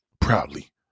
proudly